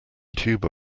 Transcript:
tuba